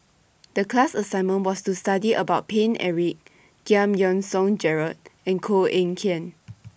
The class assignment was to study about Paine Eric Giam Yean Song Gerald and Koh Eng Kian